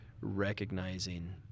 recognizing